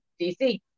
DC